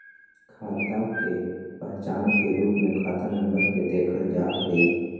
खाता के पहचान के रूप में खाता नम्बर के देखल जा हई